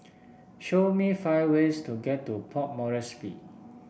show me five ways to get to Port Moresby